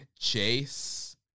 Chase